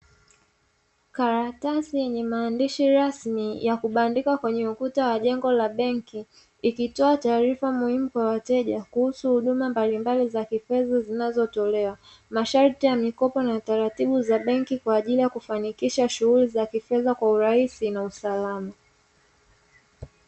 Karatasi yenye maandishi rasmi ya kubandika kwenye ukuta wa jengo la benki, ikitoa taarifa muhimu kwa wateja kuhusu huduma mbalimbali za kifedha zinazotolewa. Masharti ya mikopo na utaratibu za benki kwa ajili ya kufanikisha shughuli za kifedha kwa urahisi na usalama.